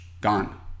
Gone